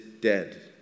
dead